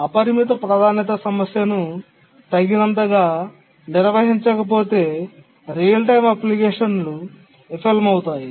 అపరిమిత ప్రాధాన్యత సమస్యను తగినంతగా నిర్వహించకపోతే నిజ సమయ అప్లికేషన్ విఫలమవుతుంది